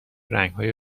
رنگهای